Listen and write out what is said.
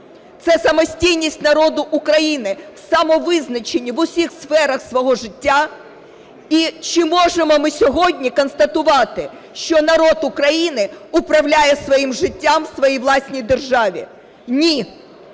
Це самостійність народу України в самовизначенні в усіх сферах свого життя. І чи можемо ми сьогодні констатувати, що народ України управляє своїм життям в своїй власній державі? Ні.